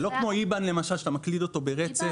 זה לא כמו IBAN למשל שאתה מקליד אותו ברצף.